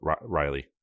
Riley